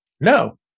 No